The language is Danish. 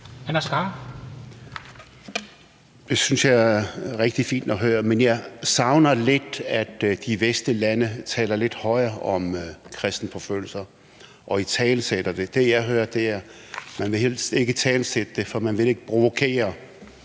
Khader (KF): Det synes jeg er rigtig fint at høre, men jeg savner lidt, at de vestlige lande taler lidt højere om kristenforfølgelser og italesætter det. Det, jeg hører, er, at man helst ikke vil italesætte det, for man vil ikke provokere